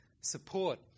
support